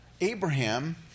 Abraham